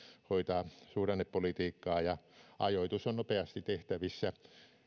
hoitaa suhdannepolitiikkaa ja ajoitus on nopeasti tehtävissä